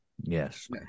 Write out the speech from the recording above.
Yes